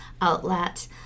outlet